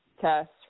test